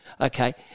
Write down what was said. okay